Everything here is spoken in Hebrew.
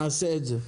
נעשה את זה.